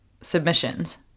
submissions